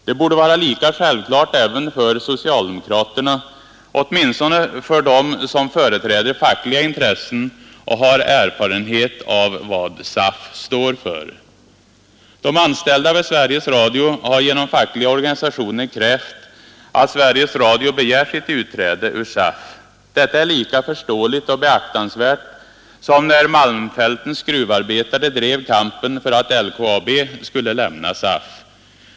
Det borde vara lika självklart även för socialdemokraterna — åtminstone för dem som företräder fackliga intressen och har erfarenheter av vad SAF står för. De anställda vid Sveriges Radio har genom fackliga organisationer krävt att Sveriges Radio begär sitt utträde ur SAF. Detta är lika förståeligt och beaktansvärt som när malmfältens gruvarbetare drev kampen för att LKAB skulle lämna SAF.